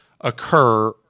occur